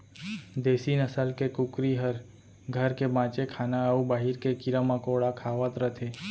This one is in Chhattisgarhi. देसी नसल के कुकरी हर घर के बांचे खाना अउ बाहिर के कीरा मकोड़ा खावत रथे